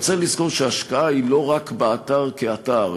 אבל צריך לזכור שהשקעה היא לא רק באתר כאתר.